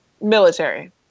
Military